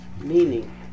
meaning